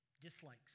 dislikes